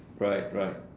right right